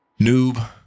Noob